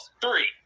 three